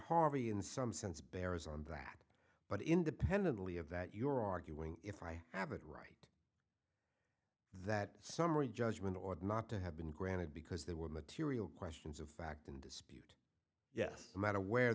harvey in some sense bears on that but independently of that you are arguing if i have it right that summary judgment or not to have been granted because they were material questions of fact and despite yes no matter where